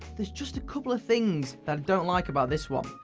there's just a couple of things that i don't like about this one.